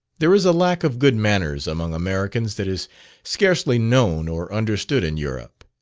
there is a lack of good manners among americans that is scarcely known or understood in europe.